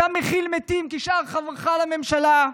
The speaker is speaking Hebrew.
אתה מכיל מתים כשאר חבריך לממשלה,